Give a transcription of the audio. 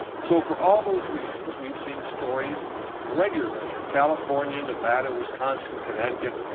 so for all those reasons we've seen stories regularly in california, nevada, wisconsin, connecticut,